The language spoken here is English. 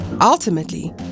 Ultimately